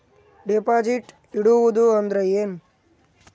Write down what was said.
Deposit ಇಡುವುದು ಅಂದ್ರ ಏನ?